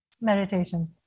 Meditation